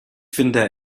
finde